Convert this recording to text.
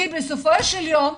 כי בסופו של יום,